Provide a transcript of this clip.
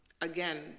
again